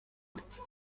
ute